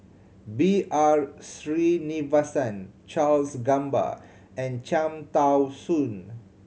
B R Sreenivasan Charles Gamba and Cham Tao Soon